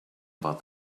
about